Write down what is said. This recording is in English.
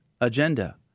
agenda